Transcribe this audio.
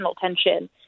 tension